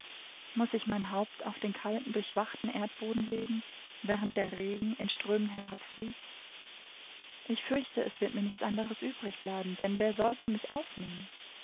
muß ich mein haupt auf den kalten durchweichten erdboden legen während der regen in strömen herabfließt ich fürchte es wird mir nichts anderes übrig bleiben denn wer sollte mich aufnehmen